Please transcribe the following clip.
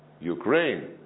Ukraine